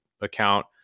account